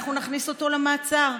אנחנו נכניס אותו למעצר.